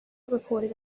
recorded